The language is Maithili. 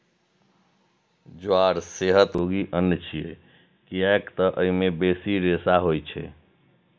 ज्वार सेहत लेल बड़ उपयोगी अन्न छियै, कियैक तं अय मे बेसी रेशा होइ छै